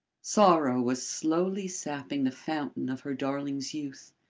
sorrow was slowly sapping the fountain of her darling's youth.